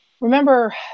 remember